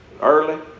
Early